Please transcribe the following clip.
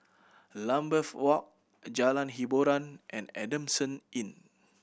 Lambeth Walk Jalan Hiboran and Adamson Inn